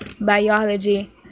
biology